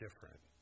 different